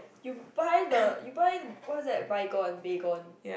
you buy the you buy what was that buy gone baygone